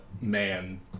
man